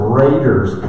raiders